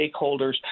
stakeholders